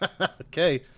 Okay